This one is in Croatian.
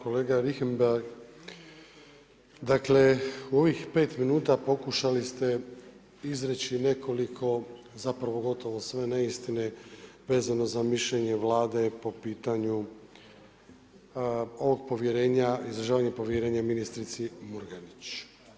Kolega Richembergh, dakle u ovih 5 minuta pokušali ste izreći nekoliko, zapravo gotovo sve neistine vezano za mišljenje Vlade po pitanju ovog povjerenja, izražavanja povjerenja ministrici Murganić.